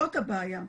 זאת הבעיה.